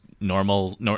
normal